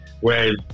Whereas